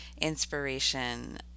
inspiration